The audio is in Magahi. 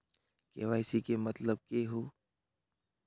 के.वाई.सी के मतलब केहू?